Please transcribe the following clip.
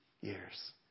years